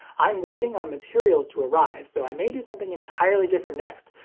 i'm waiting on materials to arrive, so i may do something entirely different next,